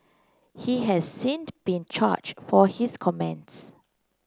he has since been charged for his comments